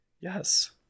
Yes